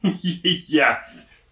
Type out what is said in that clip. Yes